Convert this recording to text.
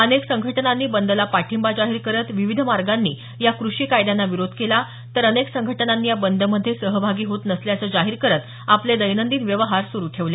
अनेक संघटनांनी बंदला पाठिंबा जाहीर करत विविध मार्गांनी या कृषी कायद्यांना विरोध केला तर अनेक संघटनांनी या बंदमध्ये सहभागी होत नसल्याचं जाहीर करत आपले दैनंदिन व्यवहार सुरू ठेवले